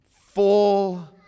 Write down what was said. full